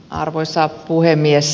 arvoisa puhemies